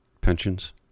pensions